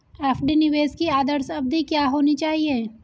FD निवेश की आदर्श अवधि क्या होनी चाहिए?